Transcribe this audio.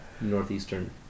Northeastern